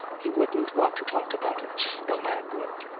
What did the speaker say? he wouldn't want to talk about it. no man would.